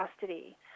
custody